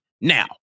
Now